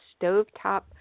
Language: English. stovetop